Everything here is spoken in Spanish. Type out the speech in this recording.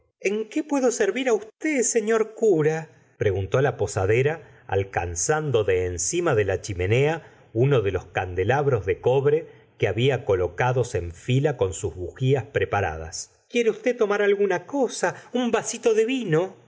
en qué puedo servir usted señor cura preguntó la posadera alcanzando de encima de la chimenea uno de los candeleros de cobre que había colocados en fila con sus bujías preparadas quiere usted tomar alguna cosa un vasito de vino